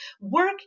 Work